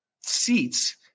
seats